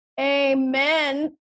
Amen